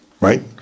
right